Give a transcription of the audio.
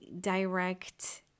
direct